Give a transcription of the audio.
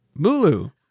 Mulu